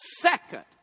second